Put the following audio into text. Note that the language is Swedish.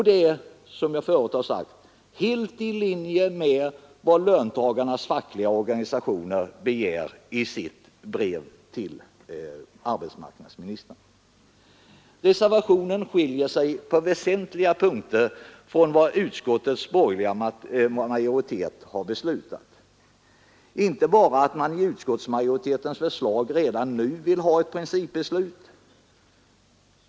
Det är, som jag förut har sagt, helt i linje med vad löntagarnas fackliga organisationer begär i sitt brev till arbetsmarknadsministern. Reservationen skiljer sig på väsentliga punkter från vad utskottets borgerliga majoritet har stannat för. Utskottsmajoriteten vill bl.a. redan nu ha ett principbeslut.